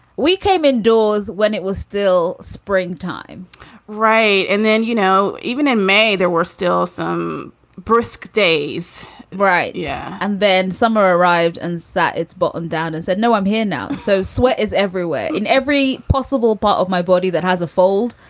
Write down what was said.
we came indoors when it was still springtime right. and then, you know, even in may, there were still some brisk days, right? yeah and then summer arrived and sat its bottom down and said, no, i'm here now. so sweat is everywhere in every possible part of my body that has a fold.